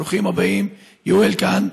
ברוכים הבאים.You're welcome,